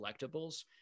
collectibles